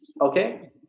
Okay